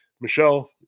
Michelle